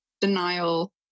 denial